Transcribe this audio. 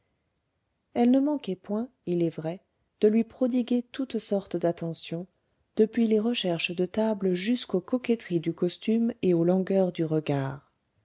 elle ne manquait point il est vrai de lui prodiguer toute sorte d'attentions depuis les recherches de table jusqu'aux coquetteries du costume et aux langueurs du regard